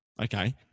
Okay